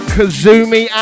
Kazumi